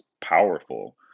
powerful